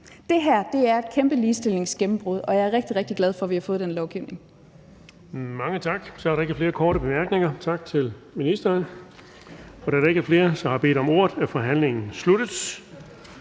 Det her er et kæmpe ligestillingsgennembrud, og jeg er rigtig, rigtig glad for, at vi har fået den lovgivning.